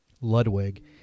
ludwig